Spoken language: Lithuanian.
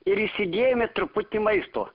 ir įsidėjome truputį maisto